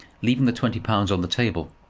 leaving the twenty pounds on the table.